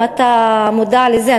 אם אתה מודע לזה,